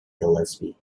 gillespie